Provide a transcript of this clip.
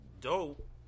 dope